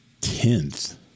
tenth